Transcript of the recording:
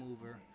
mover